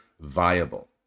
viable